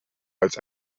als